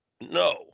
No